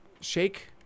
shake